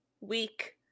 Week